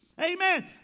Amen